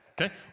Okay